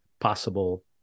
possible